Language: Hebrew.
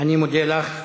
אני מודה לך,